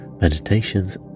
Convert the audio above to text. meditations